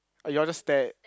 or you all just stare at